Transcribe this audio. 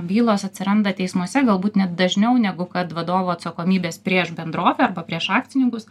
bylos atsiranda teismuose galbūt net dažniau negu kad vadovų atsakomybės prieš bendrovę arba prieš akcininkus